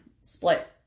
split